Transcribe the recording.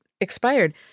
expired